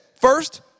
First